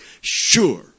Sure